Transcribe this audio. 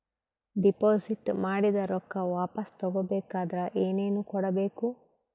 Deposit ಮಾಡಿದ ರೊಕ್ಕ ವಾಪಸ್ ತಗೊಬೇಕಾದ್ರ ಏನೇನು ಕೊಡಬೇಕು?